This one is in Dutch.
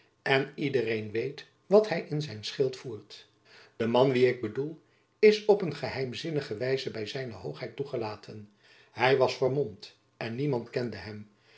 en iedereen weet wat hy in zijn schild voert de man wien ik bedoel is op een geheimzinnige wijze by zijne hoogheid toegelaten hy was vermomd en niemand kende hem